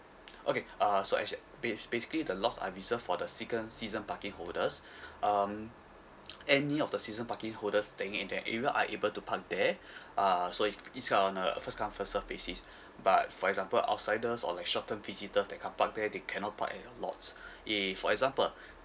okay uh so actua~ ba~ basically the lots are reserved for the second season parking holders um any of the season parking holders staying in that area are able to park there uh so it it's on a a first come first serve basis but for example outsiders or like short term visitor that car park there they cannot park at your lots if for example